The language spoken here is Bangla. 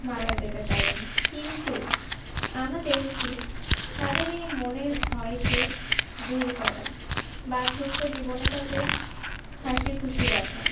মারা যেতে পারেন কিন্তু আমাদের উচিত তাদের এই মনের ভয়কে দূর করা বার্ধক্য জীবনে তাদের হাসিখুশি রাখা